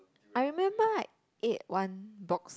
I remember I ate one box